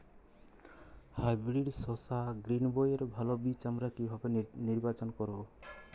Hybrid শসা গ্রীনবইয়ের ভালো বীজ আমরা কিভাবে নির্বাচন করব?